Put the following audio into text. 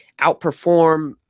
outperform